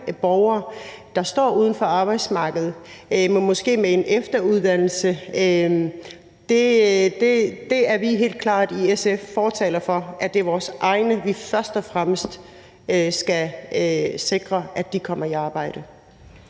borgere, der står uden for arbejdsmarkedet – måske med en efteruddannelse. Det er vi helt klart i SF fortalere for – at det er vores egne, vi først og fremmest skal sikre kommer i arbejde.